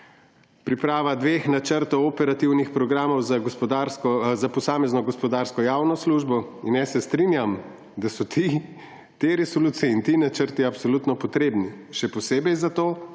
priprava dveh načrtov operativnih programov za posamezno gospodarsko javno službo. In se strinjam, da so te resolucije in ti načrti absolutno potrebni, še posebej zato,